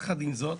יחד עם זאת,